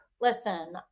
Listen